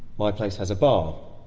my place has a bar.